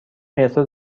مترو